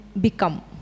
become